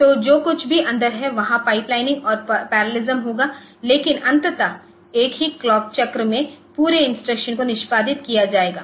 तो जो कुछ भी अंदर है वहां पाइपलाइनिंग और परलेलिस्म होगा लेकिन अंततः एक ही क्लॉक चक्र में पूरे इंस्ट्रक्शन को निष्पादित किया जाएगा